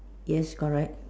yes correct